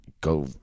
go